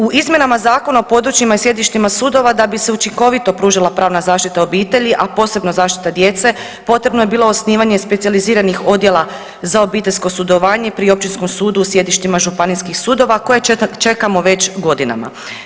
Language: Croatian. U izmjenama Zakona o područjima i sjedištima sudova da bi se učinkovito pružila pravna zaštita obitelji, a posebno zaštita djece potrebno je bilo osnivanje specijaliziranih odjela za obiteljsko sudjelovanje pri općinskom sudu u sjedištima županijskih sudova koje čekamo već godinama.